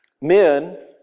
men